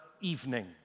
evening